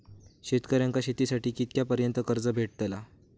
शेतकऱ्यांका शेतीसाठी कितक्या पर्यंत कर्ज भेटताला?